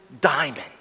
diamond